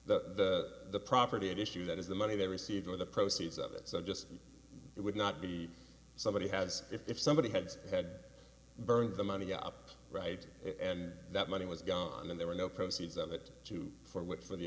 the property at issue that is the money they received or the proceeds of it just it would not be somebody has if somebody had had burnt the money up right and that money was gone and there were no proceeds of it to for what for the